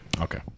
Okay